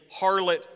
harlot